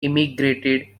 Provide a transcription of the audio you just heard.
immigrated